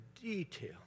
detail